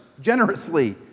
generously